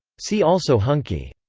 see also hunky.